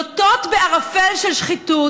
לוטות בערפל של שחיתות,